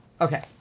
okay